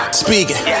speaking